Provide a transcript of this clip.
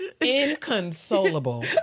inconsolable